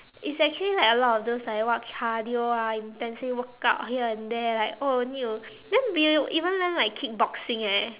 it's actually like a lot of those like what cardio ah intensive workout here and there like oh need to then we even learn like kickboxing eh